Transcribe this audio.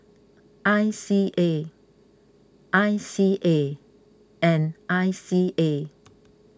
I C A I C A and I C A